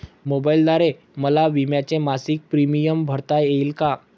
मोबाईलद्वारे मला विम्याचा मासिक प्रीमियम भरता येईल का?